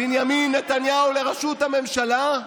בנימין נתניהו לראשות הממשלה,